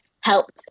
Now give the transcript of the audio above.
helped